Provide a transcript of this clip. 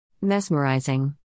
Mesmerizing